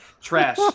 Trash